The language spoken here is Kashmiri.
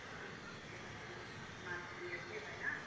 اچھا یِہٕے تیٚلہِ مُناسِب ریٹ یِہٕے نہ